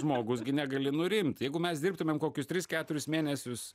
žmogus gi negali nurimt jeigu mes dirbtumėm kokius tris keturis mėnesius